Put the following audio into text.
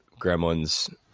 gremlins